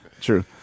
true